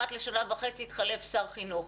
אחת לשנה וחצי התחלף שר חינוך.